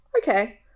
okay